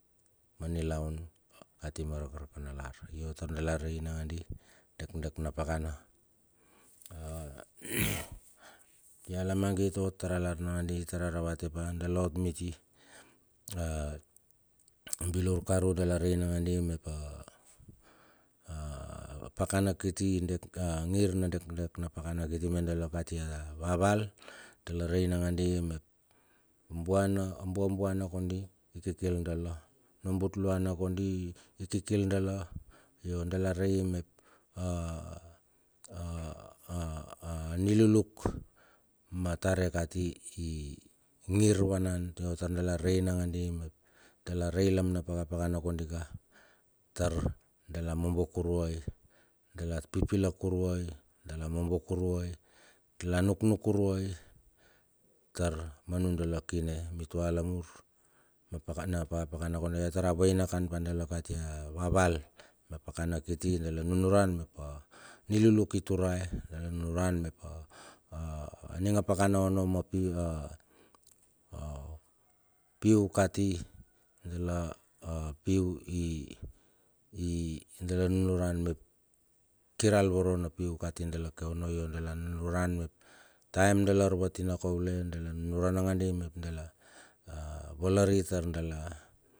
Ma nilaun, kati ma rakaraka nalar yo tar dala rei nangandi, dekdek na pakana. atia lamangit ot tar alar nangandi tar a ravate pa dala ot miti, a bilur karu dala rei nangandi mep a a apakana kiti dek a ngir na dekdek na pakana kiti ma dala kati a vaval. Dala rei nangandi mep a abuana abuabuana kondi ikikil dala, na butluanan kondi ikikil dala, io dala rei mep aniluluk ma tare kati i ngir wanan tinge tua dala rei nangandi mep dala re ilam na dakapakana kondika tar dala mobo kuruai, dala pilak kuruai, dala mombo kuruai, dala nuknuk kurai, tar ma nudala kine mitua lamur ma paka na pakapakan kondika tar a vainakan pa dala kitia vaval ma pakakana kiti dala nunuran mep aniluluk iturae, dala nunuran aning a pakana onno ma piu a a o piu kati dala piu e, dala nunuran mep kir al voro na piu kati dala ke onno io dala nunuran mep taim dala arvatina kaule nunuran nangandi mep dala valari tar dala.